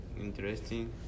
interesting